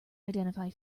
identify